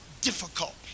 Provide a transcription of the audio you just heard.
difficult